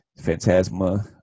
Phantasma